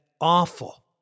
awful